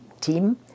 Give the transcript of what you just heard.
team